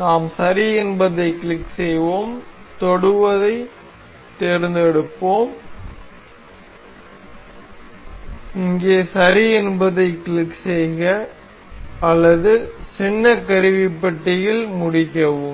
நாம் சரி என்பதைக் கிளிக் செய்வோம் தொடுவைத் தேர்ந்தெடுப்போம் இங்கே சரி என்பதைக் கிளிக் செய்க அல்லது சின்ன கருவிப்பெட்டியில் முடிக்கவும்